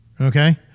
Okay